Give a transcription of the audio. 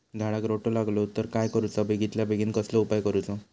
झाडाक रोटो लागलो तर काय करुचा बेगितल्या बेगीन कसलो उपाय करूचो?